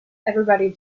everybody